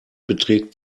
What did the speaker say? beträgt